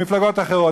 במפלגות אחרות,